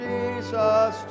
Jesus